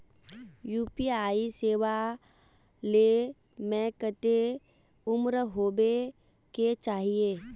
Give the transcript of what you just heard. UPI सेवा ले में कते उम्र होबे के चाहिए?